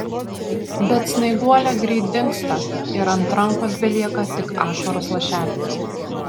bet snaiguolė greit dingsta ir ant rankos belieka tik ašaros lašelis